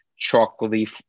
chocolatey